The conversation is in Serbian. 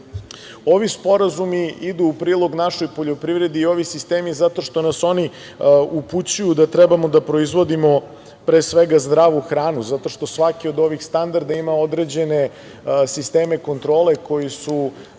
sporazumi idu u prilog našoj poljoprivredi i ovi sistemi zato što nas oni upućuju da trebamo da proizvodimo pre svega zdravu hranu, zato što svaki od ovih standarda ima određene sisteme kontrole koji su